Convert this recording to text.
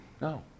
No